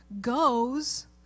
goes